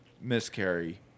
miscarry